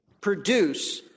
produce